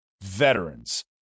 Veterans